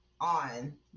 on